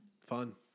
Fun